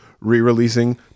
re-releasing